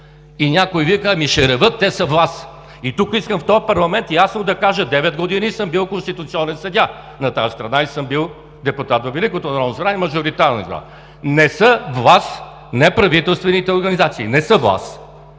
и някой вика: „Ами, ще реват! Те са власт!“. И тук искам в този парламент ясно да кажа: девет години съм бил конституционен съдия на тази страна и съм бил депутат във Великото Народно събрание, мажоритарно избран, не са власт неправителствените организации! Не са власт!